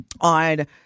on